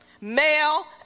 male